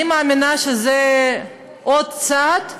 אני מאמינה שזה עוד צעד,